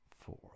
four